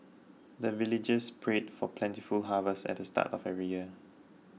the villagers pray for plentiful harvest at the start of every year